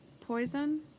poison